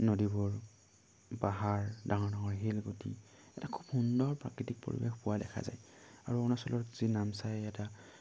নদীবোৰ পাহাৰ ডাঙৰ ডাঙৰ শিলগুটি এটা খুব সুন্দৰ প্ৰাকৃতিক পৰিৱেশ পোৱা দেখা যায় আৰু অৰুণাচলত যি নামচাই এটা